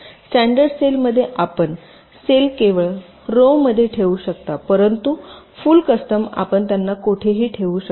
standard cell मध्ये आपण cell केवळ रोमध्ये ठेवू शकता परंतु फुल कस्टम आपण त्यांना कोठेही ठेवू शकता